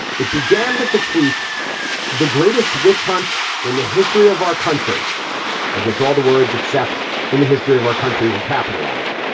it began with the tweet the greatest witch hunt in the history of our country of which all the words except in the history of our country were capitalized.